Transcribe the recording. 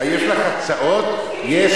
אין לנו אמון בדרכה של הממשלה, ואתה מסכים אתי.